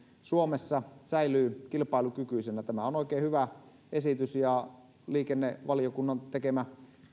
suomessa säilyy kilpailukykyisenä tämä on oikein hyvä esitys ja liikennevaliokunnan tekemä